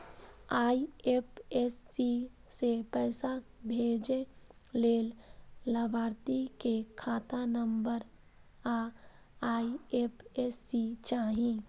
IFSC सं पैसा भेजै लेल लाभार्थी के खाता नंबर आ आई.एफ.एस.सी चाही